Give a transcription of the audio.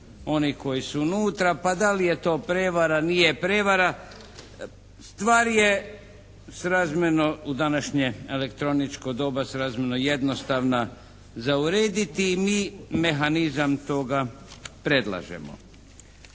oni koji su unutra, pa da li je to prevara, nije prevara. Stvar je srazmjerno u današnje elektroničko doba srazmjerno jednostavna za urediti i mi mehanizam toga predlažemo.